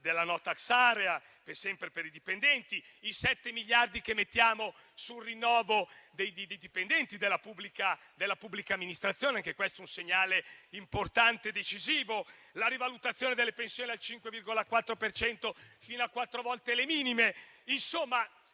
della *no tax area*, sempre per i dipendenti; ai sette miliardi che mettiamo sul rinnovo dei dipendenti della pubblica amministrazione. Anche questo è un segnale importante e decisivo. Ancora, cito la rivalutazione delle pensioni al 5,4 per cento, fino a quattro volte le minime.